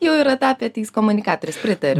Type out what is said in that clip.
jau yra tapę tais komunikatoriais pritariu